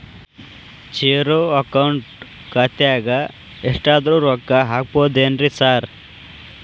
Zero account ಖಾತ್ಯಾಗ ಎಷ್ಟಾದ್ರೂ ರೊಕ್ಕ ಹಾಕ್ಬೋದೇನ್ರಿ ಸಾರ್?